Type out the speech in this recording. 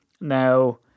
Now